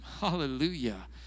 Hallelujah